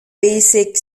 basic